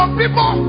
people